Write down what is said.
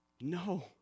No